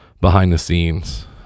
behind-the-scenes